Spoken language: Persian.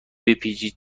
بپیچید